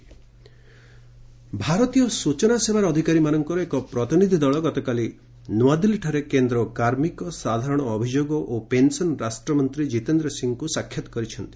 HS Jitendra ଭାରତୀୟ ସୂଚନା ସେବାର ଅଧିକାରୀମାନଙ୍କର ଏକ ପ୍ରତିନିଧି ଦଳ ଗତକାଲି ନୂଆଦିଲ୍ଲୀଠାରେ କେନ୍ଦ୍ର କାର୍ମିକ ସାଧାରଣ ଅଭିଯୋଗ ଓ ପେନ୍ସନ୍ ରାଷ୍ଟ୍ରମନ୍ତ୍ରୀ ଜିତେନ୍ଦ୍ର ସିଂଙ୍କୁ ସାକ୍ଷାତ କରିଥିଲେ